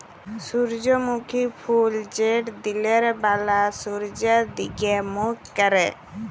সূর্যমুখী ফুল যেট দিলের ব্যালা সূর্যের দিগে মুখ ক্যরে